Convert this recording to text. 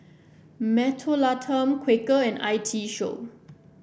Mentholatum Quaker and I T Show